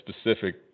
specific